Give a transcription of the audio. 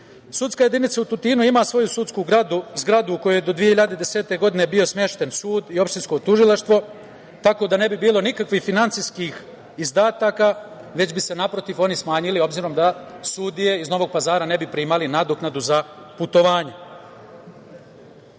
Sudska jedinica u Tutinu ima svoju sudsku zgradu u kojoj je do 2010. godine bio smešten sud i opštinsko tužilaštvo, tako da ne bi bilo nikakvih finansijskih izdataka, već bi se, naprotiv, oni smanjili obzirom da sudije iz Novog Pazara ne bi primali nadoknadu za putovanja. Sa